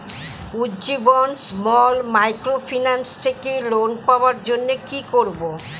Ujjivan small microfinance থেকে loan পাওয়ার জন্য কি করব?